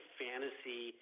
fantasy